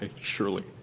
surely